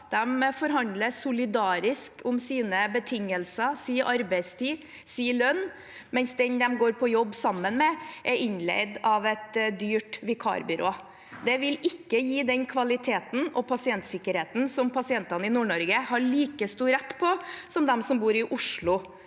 de forhandler solidarisk om sine betingelser, sin arbeidstid og sin lønn, mens dem de går på jobb sammen med, er innleid av et dyrt vikarbyrå. Det vil ikke gi den kvaliteten og pasientsikkerheten som pasientene i Nord-Norge har like stor rett på som de som bor i Oslo,